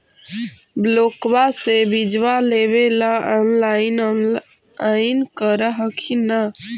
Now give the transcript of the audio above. ब्लोक्बा से बिजबा लेबेले ऑनलाइन ऑनलाईन कर हखिन न?